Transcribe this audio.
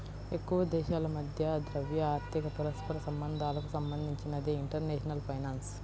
ఎక్కువదేశాల మధ్య ద్రవ్య, ఆర్థిక పరస్పర సంబంధాలకు సంబంధించినదే ఇంటర్నేషనల్ ఫైనాన్స్